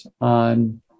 on